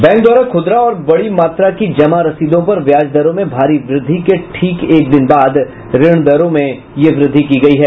bank द्वारा खुदरा और बड़ी मात्रा की जमा रसीदों पर ब्याज दरों में भारी वृद्धि के ठीक एक दिन बाद ऋण दरों में यह वृद्धि की गई है